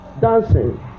Dancing